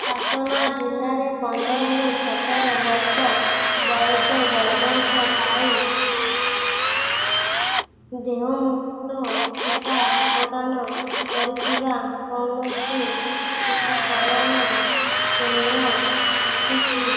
ପାଟନା ଜିଲ୍ଲାରେ ପନ୍ଦରରୁ ସତର ବର୍ଷ ବୟସ ବର୍ଗଙ୍କ ପାଇଁ ଦେହମୁକ୍ତ ଟିକା ପ୍ରଦାନ କରୁଥିବା କୌଣସି ଟିକାକରଣ କେନ୍ଦ୍ର ଅଛି କି